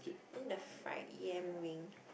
then the fried yam ring